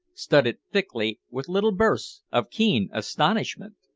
studded thickly with little bursts of keen astonishment.